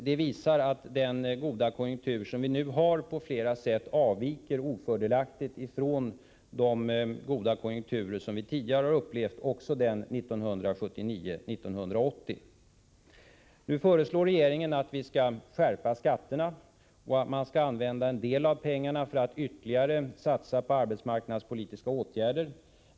Det visar att den goda konjunktur som vi nu har på flera sätt avviker ofördelaktigt från de goda konjunkturer som vi tidigare har upplevt, också den 1979-1980. Regeringen föreslår att vi skall skärpa skatterna och använda en del av pengarna för att ytterligare satsa på arbetsmarknadspolitiska åtgärder.